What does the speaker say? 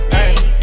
Hey